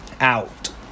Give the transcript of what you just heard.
out